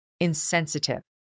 insensitive